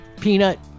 Peanut